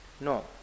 No